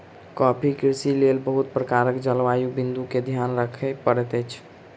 coffee कृषिक लेल बहुत प्रकारक जलवायु बिंदु के ध्यान राखअ पड़ैत अछि